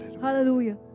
Hallelujah